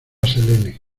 selene